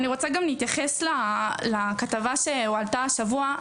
אני רוצה גם להתייחס לכתבה שהועלתה השבוע,